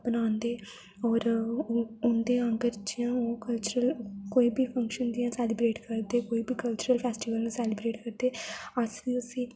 होर उंदे अगर जियां ओह् कल्चरल कोई बी फंक्शन जियां सेलीब्रेट करदे कोई बी कल्चरल फैस्टिवल सेलीब्रेट करदे अस बी उस्सी